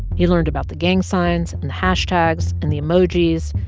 he learned about the gang signs and hashtags and the emojis.